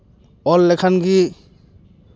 ᱚᱞ ᱞᱮᱠᱷᱟᱱ ᱜᱮ